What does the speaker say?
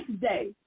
day